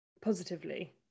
positively